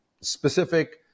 specific